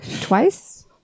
twice